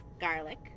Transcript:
garlic